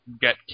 get